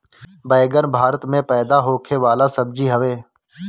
बैगन भारत में पैदा होखे वाला सब्जी हवे